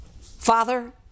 father